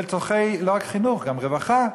ולא רק חינוך, גם רווחה,